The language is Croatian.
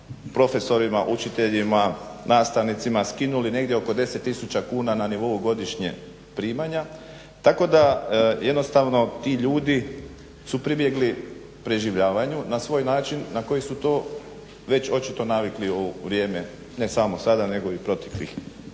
profesorima, učiteljima, nastavnicima skinuli negdje oko 10 000 kuna na nivou godišnjeg primanja tako da jednostavno ti ljudi su pribjegli preživljavanju na svoj način na koji su to već očito navikli u vrijeme ne samo sada nego i proteklih